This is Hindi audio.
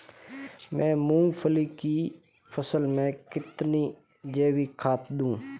मैं मूंगफली की फसल में कितनी जैविक खाद दूं?